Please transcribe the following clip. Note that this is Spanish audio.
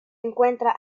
encuentra